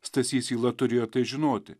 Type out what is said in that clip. stasys yla turėjo tai žinoti